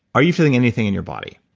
are you feeling anything in your body?